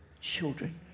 children